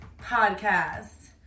podcast